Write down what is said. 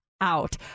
Out